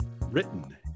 written